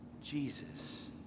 Jesus